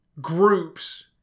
groups